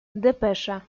depesza